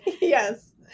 Yes